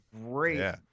great